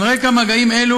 על רקע מגעים אלה,